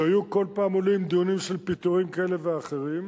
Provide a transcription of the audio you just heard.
כשהיו כל פעם עולים דיונים של פיטורים כאלה ואחרים,